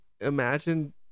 imagine